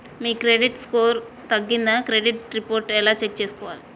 మీ credit score తగ్గిందా credit report ఎలా check చేసుకోవాలి?